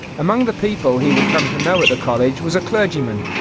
among the people he would come to know at the college was a clergyman,